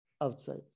outside